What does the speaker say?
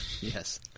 Yes